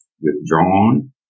withdrawn